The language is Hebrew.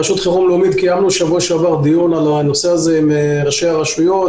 רשות חירום לאומית קיימה בשבוע שעבר דיון על הנושא הזה עם ראשי הרשויות,